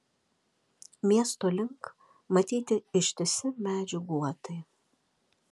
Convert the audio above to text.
miesto link matyti ištisi medžių guotai